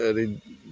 ओरै